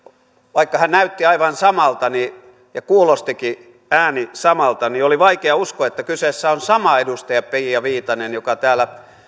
vaikka hän näytti aivan samalta ja kuulosti äänikin samalta niin oli vaikea uskoa että kyseessä on sama edustaja pia viitanen joka täällä